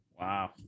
Wow